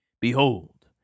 Behold